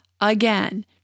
again